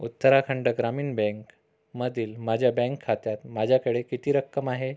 उत्तराखंड ग्रामीण बँकमधील माझ्या बँक खात्यात माझ्याकडे किती रक्कम आहे